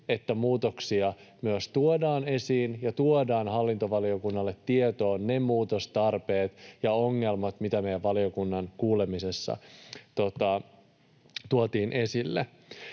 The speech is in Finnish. että muutoksia myös tuodaan esiin ja tuodaan hallintovaliokunnalle tietoon ne muutostarpeet ja ongelmat, mitä meidän valiokunnan kuulemisessa tuotiin esille.